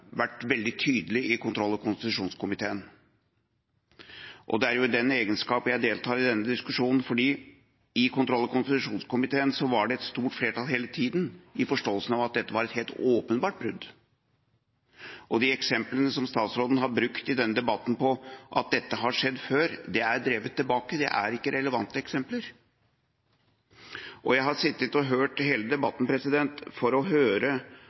vært helt tydelig i kontroll- og konstitusjonskomiteen, og det er i den sammenhengen jeg deltar i denne diskusjonen, for i kontroll- og konstitusjonskomiteen var det hele tiden et stort flertall som hadde forståelsen av at dette var et helt åpenbart brudd. De eksemplene statsråden har brukt i denne debatten på at dette har skjedd før, er drevet tilbake – det er ikke relevante eksempler. Jeg har sittet og hørt hele debatten for å høre